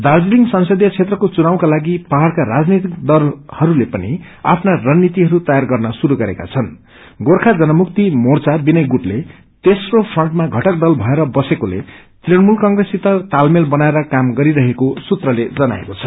दार्जीलिङ संसदीय क्षेत्रको चुनाव का लागि पाहाड़का राजनैतिक दलहस्ले पनि आफ्ना रणनीतिहरू तैयार गर्न श्रुरू गरेका छन्ं गोखा जनमुक्ति मोचा विनय गुटले तेस्रो फ्रन्टमा घटक दल भएर बसेकोले तृषमूल क्रोससित तालमेल बनाएर काम गरिरहेको सूत्रले जनाएको छ